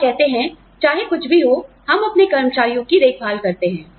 और कहते हैं चाहे कुछ भी हो हम अपने कर्मचारियों की देखभाल करते हैं